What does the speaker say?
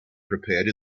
prepared